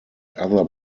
other